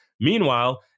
Meanwhile